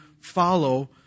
follow